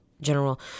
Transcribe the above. general